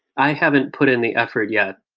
i haven't put in the effort yet.